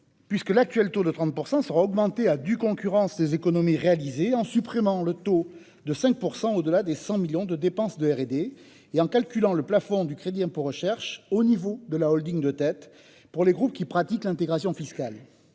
puisque l'actuel taux de 30 % sera augmenté à due concurrence des économies réalisées, en supprimant le taux de 5 % au-delà des 100 millions d'euros de dépenses de R&D et en calculant le plafond du CIR au niveau de la holding de tête pour les groupes qui pratiquent l'intégration fiscale.